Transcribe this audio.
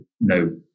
no